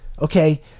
okay